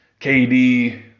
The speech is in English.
KD